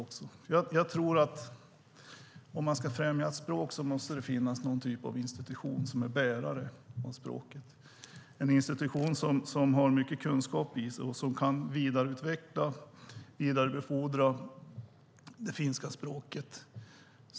Om man ska främja ett språk måste det finnas någon typ av institution som är bärare av språket. Detta är en institution som har mycket kunskap i sig och som kan vidareutveckla och vidarebefordra det finska språket.